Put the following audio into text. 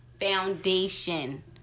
foundation